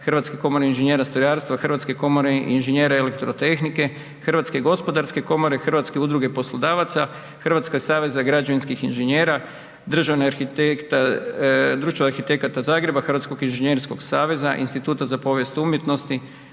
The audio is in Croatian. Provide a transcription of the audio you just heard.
Hrvatske komore inženjera strojarstva, Hrvatske komore inženjere elektrotehnike, HGK, HUP-a, Hrvatskog saveza građevinskih inženjera, Društva arhitekata Zagreb, Hrvatskog inženjerskog saveza, Instituta za povijest umjetnosti,